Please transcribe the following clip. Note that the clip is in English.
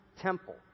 temple